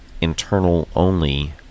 internal-only